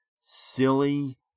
Silly